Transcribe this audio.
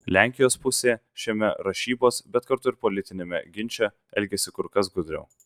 lenkijos pusė šiame rašybos bet kartu ir politiniame ginče elgiasi kur kas gudriau